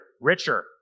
richer